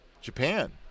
Japan